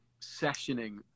sessioning